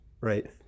right